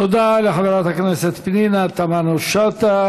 תודה לחברת הכנסת פנינה תמנו-שטה.